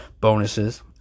bonuses